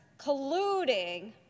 colluding